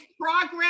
progress